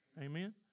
Amen